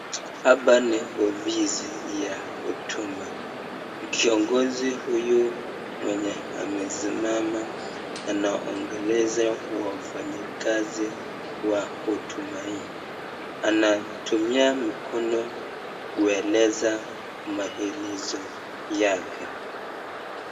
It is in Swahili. Hapa ni ofisi ya huduma , kiongizi huyu mwenye amesimama anaongelesha wafanyikazi wa huduma hii anatumia mkono kuelezea maelezo yake.